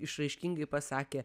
išraiškingai pasakė